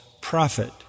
prophet